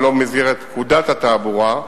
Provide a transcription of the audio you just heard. ולא במסגרת פקודת התעבורה,